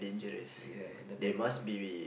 ya in the back of her